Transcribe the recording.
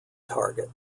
target